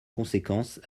conséquence